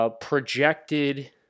Projected